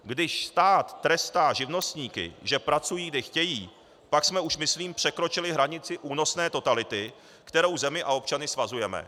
Když stát trestá živnostníky, že pracují, kdy chtějí, pak jsme už myslím překročili hranici únosné totality, kterou zemi a občany svazujeme.